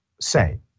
say